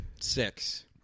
six